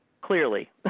Clearly